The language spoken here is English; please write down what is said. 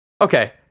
okay